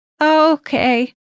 okay